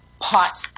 pot